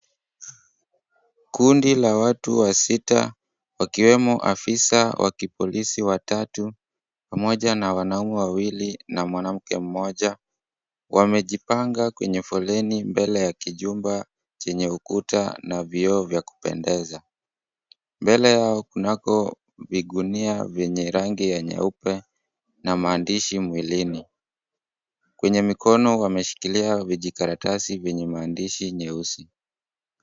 Kundi la watu wasita, wakiwemo afisa wa kipolisi watatu, pamoja na wanaume wawili, na mwanamke mmoja. Wamejipanga kwenye foleni, mbele ya kijumba chenye ukuta na vioo vya kupendeza. Mbele yao kunako vigunia vyenye rangi ya nyeupe, na maandishi mwilini. Kwenye mikono wameshikilia vijikaratasi vyenye maandishi nyeusi.